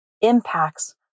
impacts